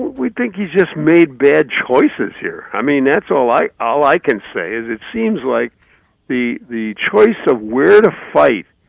we think he's just made bad choices here. i mean, that's all i all i can say, is it seems like the the choice of where to fight